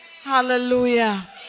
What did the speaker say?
Hallelujah